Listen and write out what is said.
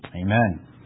Amen